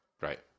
Right